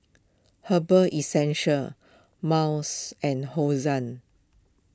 Herbal essential Miles and Hosen